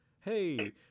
hey